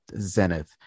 Zenith